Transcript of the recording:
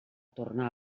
tornar